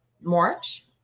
March